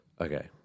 Okay